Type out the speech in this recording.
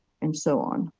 and so on.